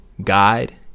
guide